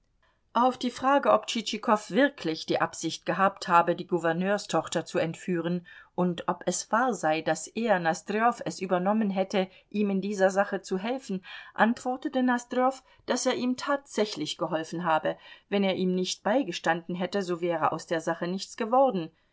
auf die frage ob tschitschikow wirklich die absicht gehabt habe die gouverneurstochter zu entführen und ob es wahr sei daß er nosdrjow es übernommen hätte ihm in dieser sache zu helfen antwortete nosdrjow daß er ihm tatsächlich geholfen habe wenn er ihm nicht beigestanden hätte so wäre aus der sache nichts geworden